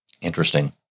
Interesting